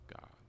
God